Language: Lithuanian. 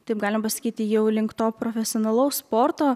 taip galima pasakyti jau link to profesionalaus sporto